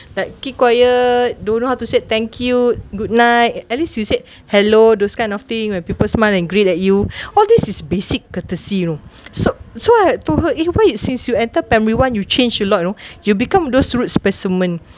like keep quiet don't know how to say thank you good night at least you say hello those kind of thing when people smile and greet at you all this is basic courtesy you know so so I told her eh why you since you enter primary one you change a lot you know you'll become those rude specimen